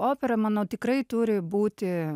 opera manau tikrai turi būti